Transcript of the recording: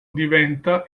diventa